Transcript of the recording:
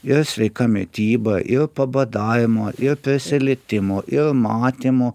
ir sveika mityba ir pabadavimo ir prisilietimo ir matymo